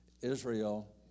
Israel